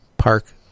park